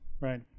Right